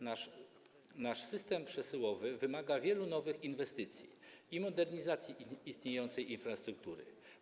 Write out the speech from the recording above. Nasz system przesyłowy wymaga wielu nowych inwestycji i modernizacji istniejącej infrastruktury.